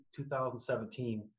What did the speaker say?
2017